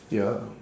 ya